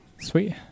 Sweet